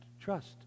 trust